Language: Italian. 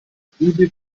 tubi